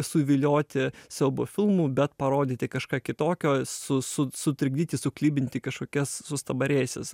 suvilioti siaubo filmu bet parodyti kažką kitokio su su sutrikdyti suklibinti kažkokias sustabarėjusias